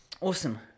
awesome